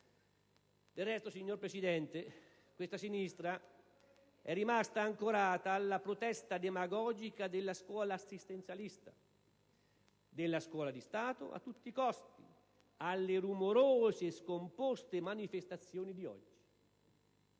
Del resto, signor Presidente, questa sinistra è rimasta ancorata alla protesta demagogica della scuola assistenzialista, della scuola di Stato a tutti i costi, alle rumorose e scomposte manifestazioni di oggi.